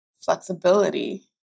flexibility